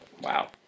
Wow